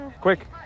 Quick